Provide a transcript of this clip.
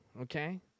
okay